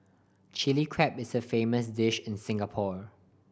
Chilli Crab is a famous dish in Singapore